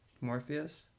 Morpheus